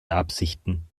absichten